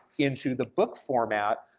into the book format,